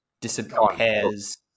Disappears